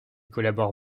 collabore